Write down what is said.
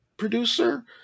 producer